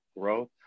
growth